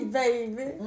baby